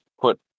put